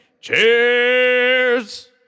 Cheers